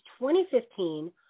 2015